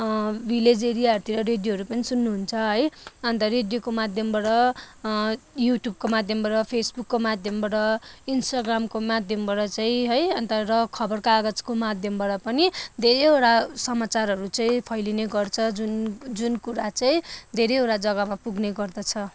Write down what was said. village एरियाहरूतिर रेडियोहरू पनि सुन्नु हुन्छ है अन्त रेडियोको माध्यमबाट युट्युबको माध्यमबाट फेसबुकको माध्यमबाट इन्स्टाग्रामको माध्यमबाट चाहिँ है अन्त र खबर कागजको माध्यमबाट पनि धेरैवटा समाचारहरू चाहिँ फैलिने गर्छ जुन जुन कुरा चाहिँ धेरैवटा जग्गामा पुग्ने गर्दछ